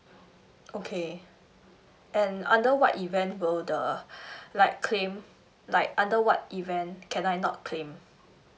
okay and under what event will the like claim like under what event can I not claim